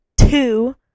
two